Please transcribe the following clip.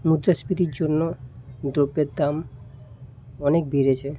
মুদ্রাস্ফীতির জন্য দ্রব্যের দাম অনেক বেড়েছে